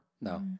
No